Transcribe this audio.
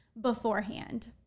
beforehand